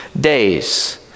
days